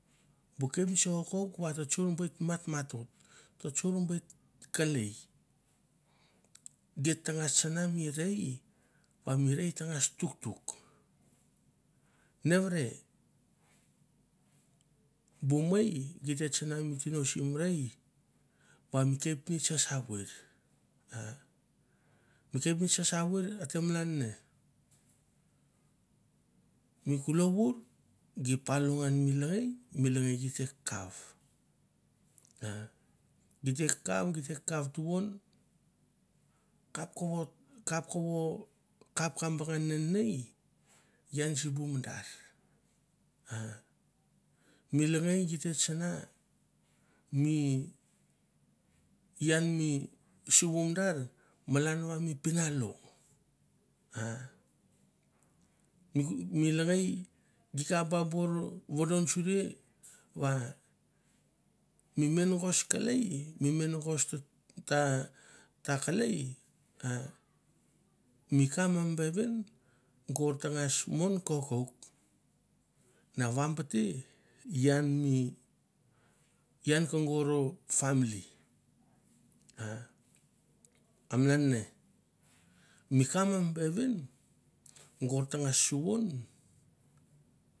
Bu kepnets kokouk vat ta tsor bet matmatou ta tsor bet kelei. Geit tangas mi rei va mi rei tangas tuktuk. Nevere bu mei gi te tsana mi tino sim rei va mi kepnets sasa veir. Mi kepnets sasaveir a te malan ne, mi kulou vor gi palo ngan mi lengei, mi lengei gi te kauv gi te kauv tukon, kap kovo kap kovo, kap ka banga nenei ian simbu mandar, ahh mi lengei gi te tsana mi ian simbu mandar, ahh mi lengei gi te tsana mi ian mi suvu mandar malan va mi pinalo ahh mi lengei gi kap ba buer vodon suria va mi mingos kelei, mi mingos ta kelei, mi ka a mi vevin gor tangas mon kokouk na vambate ian mi ian ke goro family. A malan ne mi ka mami vevin gor tangas suvon.